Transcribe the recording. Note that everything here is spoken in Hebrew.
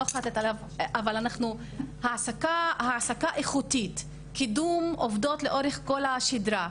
אבל העסקה איכותית, קידום עובדות לאורך כל השדרה,